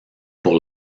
pour